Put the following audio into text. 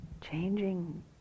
changing